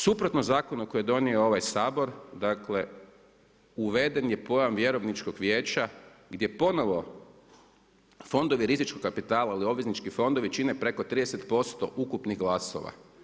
Suprotno zakonu koji je donio ovaj Sabor, uveden je pojam vjerovničkog vijeća, gdje ponovno fondovi rizičnog kapitala ili obvezničkog fondovi čine preko 30% ukupnih glasova.